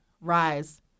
rise